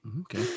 Okay